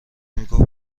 میگفت